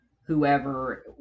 whoever